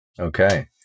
Okay